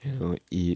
you know eat